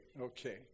Okay